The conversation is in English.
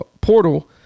portal